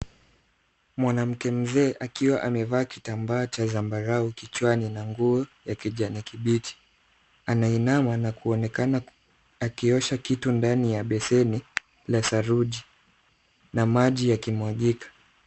Mwanamke mzee akiwa amevaa kitambaa cha zambarau kichwani na nguo ya kijani kibichi. Anainama na kuonekana akiosha kitu ndani ya beseni la saruji na maji yakimwagika.